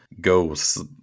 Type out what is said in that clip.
ghosts